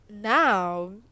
now